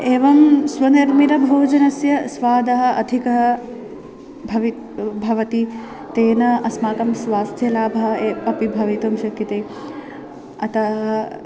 एवं स्वनिर्मितभोजनस्य स्वादः अधिकः भवति भवति तेन अस्माकं स्वास्थ्यलाभः ए अपि भवितुं शक्यते अतः